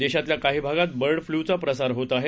देशातल्या काही भागात बर्ड फ्लूचा प्रसार होत आहे